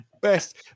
Best